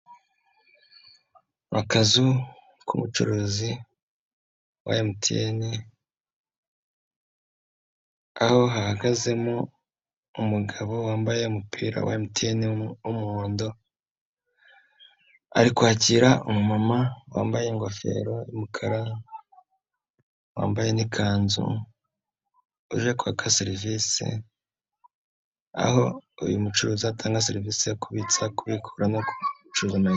Akazu k'umucuruzi wa MTN, aho hahagazemo umugabo wambaye umupira wa MTN w'umuhondo ari kwakira umumama wambaye ingofero y'umukara wambaye n'ikanzu uje kwaka serivisi, aho uyu mucuruzi atanga serivisi yo kubitsa kubikura no gucuruza amayinite.